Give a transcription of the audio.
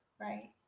right